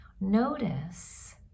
notice